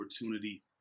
opportunity